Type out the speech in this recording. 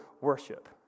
worship